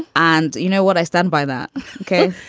and you know what? i stand by that ok.